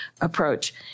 approach